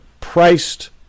priced